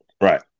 Right